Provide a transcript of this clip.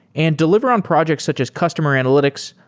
and deliver on projects such as customer analytics,